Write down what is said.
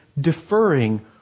deferring